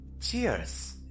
Cheers